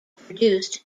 produced